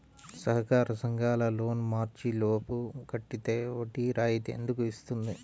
సహకార సంఘాల లోన్ మార్చి లోపు కట్టితే వడ్డీ రాయితీ ఎందుకు ఇస్తుంది?